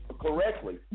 correctly